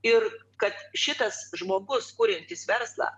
ir kad šitas žmogus kuriantys verslą